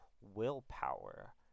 Willpower